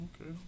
Okay